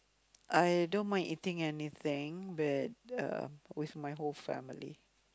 I don't mind eating anything but uh with my whole family